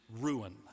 ruin